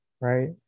right